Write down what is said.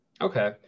Okay